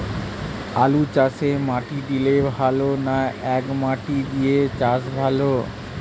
আলুচাষে মাটি দিলে ভালো না একমাটি দিয়ে চাষ ভালো?